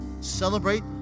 celebrate